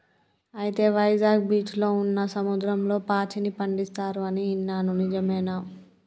అయితే వైజాగ్ బీచ్లో ఉన్న సముద్రంలో పాచిని పండిస్తారు అని ఇన్నాను నిజమేనా